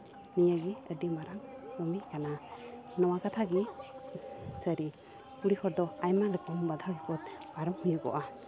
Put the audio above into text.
ᱱᱤᱭᱟᱹ ᱜᱮ ᱟᱹᱰᱤ ᱢᱟᱨᱟᱝ ᱠᱟᱹᱢᱤ ᱠᱟᱱᱟ ᱱᱚᱣᱟ ᱠᱟᱛᱷᱟ ᱜᱮ ᱥᱟᱹᱨᱤ ᱠᱩᱲᱤ ᱦᱚᱲ ᱫᱚ ᱟᱭᱢᱟ ᱞᱮᱠᱟᱱ ᱵᱟᱫᱷᱟ ᱵᱤᱯᱚᱫ ᱯᱟᱨᱚᱢ ᱦᱩᱭᱩᱜᱚᱼᱟ